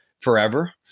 forever